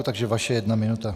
Takže vaše jedna minuta.